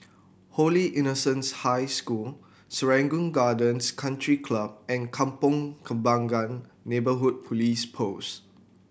Holy Innocents' High School Serangoon Gardens Country Club and Kampong Kembangan Neighbourhood Police Post